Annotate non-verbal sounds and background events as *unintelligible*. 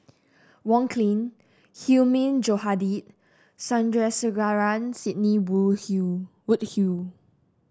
Wong Keen Hilmi Johandi Sandrasegaran Sidney *unintelligible* Woodhull